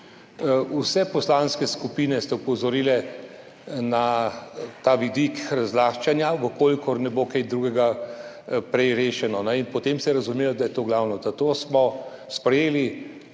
Vse poslanske skupine ste opozorile na ta vidik razlaščanja, v kolikor ne bo kaj drugega prej rešeno in potem se je razumelo, da je to glavno. zato smo sprejeli